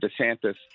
DeSantis